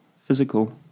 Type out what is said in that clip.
physical